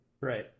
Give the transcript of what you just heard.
Right